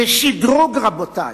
זה שדרוג, רבותי.